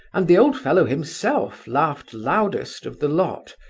and the old fellow himself laughed loudest of the lot,